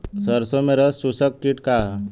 सरसो में रस चुसक किट का ह?